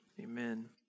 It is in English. amen